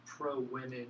pro-women